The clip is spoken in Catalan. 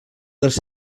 dels